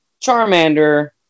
Charmander